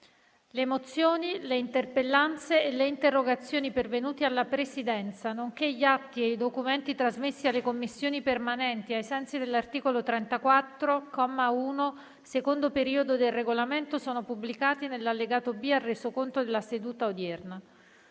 Le mozioni, le interpellanze e le interrogazioni pervenute alla Presidenza, nonché gli atti e i documenti trasmessi alle Commissioni permanenti ai sensi dell'articolo 34, comma 1, secondo periodo, del Regolamento sono pubblicati nell'allegato B al Resoconto della seduta odierna.